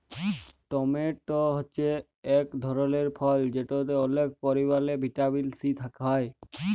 tomato হছে ইক ধরলের ফল যেটতে অলেক পরিমালে ভিটামিল সি হ্যয়